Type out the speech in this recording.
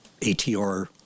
ATR